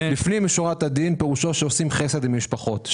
לפנים משורת הדין, פירושו שעושים חסד עם המשפחות.